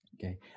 Okay